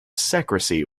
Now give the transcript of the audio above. secrecy